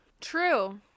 True